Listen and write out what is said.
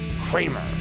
Kramer